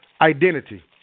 identity